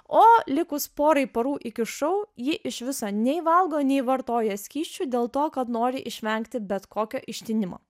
o likus porai parų iki šou ji iš viso nei valgo nei vartoja skysčių dėl to kad nori išvengti bet kokio ištinimo